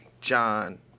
John